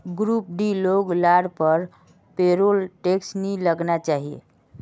group डीर लोग लार पर पेरोल टैक्स नी लगना चाहि